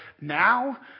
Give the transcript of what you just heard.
now